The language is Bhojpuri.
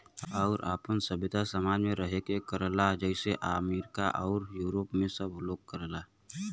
आउर आपन सभ्यता समाज मे रह के करला जइसे अमरीका आउर यूरोप मे सब लोग करला